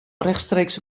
rechtstreekse